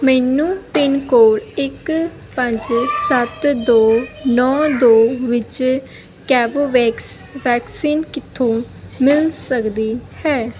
ਮੈਨੂੰ pin code ਇੱਕ ਪੰਜ ਸੱਤ ਦੋ ਨੌਂ ਦੋ ਵਿੱਚ ਕੋਵੋਵੈਕਸ ਵੈਕਸੀਨ ਕਿੱਥੋਂ ਮਿਲ ਸਕਦੀ ਹੈ